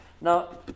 Now